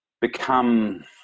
become